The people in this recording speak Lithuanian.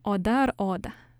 oda ar oda